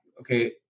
okay